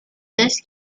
this